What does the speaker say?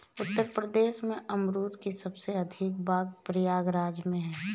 उत्तर प्रदेश में अमरुद के सबसे अधिक बाग प्रयागराज में है